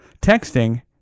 texting